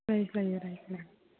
रायज्लायो